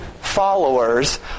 followers